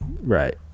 Right